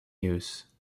use